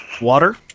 Water